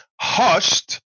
hushed